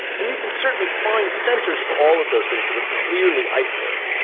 and you can certainly find centers for all of those things that are clearly isolatable.